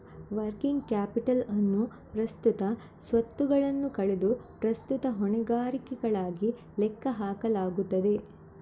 working capital ಅನ್ನು ಪ್ರಸ್ತುತ ಸ್ವತ್ತುಗಳನ್ನು ಕಳೆದು ಪ್ರಸ್ತುತ ಹೊಣೆಗಾರಿಕೆಗಳಾಗಿ ಲೆಕ್ಕ ಹಾಕಲಾಗುತ್ತದೆ